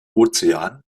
ozean